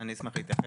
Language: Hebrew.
אני אשמח להתייחס.